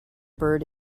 bird